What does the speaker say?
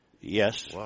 Yes